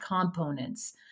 components